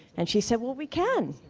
and she said, well. we can.